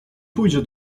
pójdzie